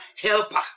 helper